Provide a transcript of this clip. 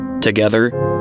Together